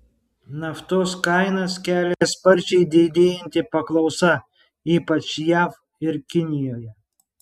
naftos kainas kelia sparčiai didėjanti paklausa ypač jav ir kinijoje